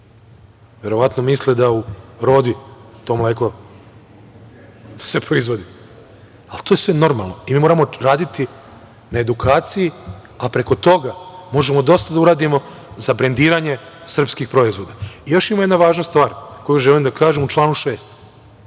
Verovatno misle da u „Rodi“ to mleko se proizvodi, ali to je sve normalno. Mi moramo raditi na edukaciji, a preko toga možemo dosta da uradimo za brendiranje srpskih proizvoda. Još ima jedna važna stvar koju želim da kažem, u članu 6.